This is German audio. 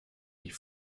die